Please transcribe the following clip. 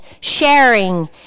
sharing